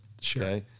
Sure